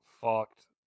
fucked